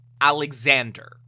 Alexander